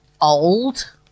old